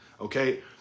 Okay